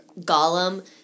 Gollum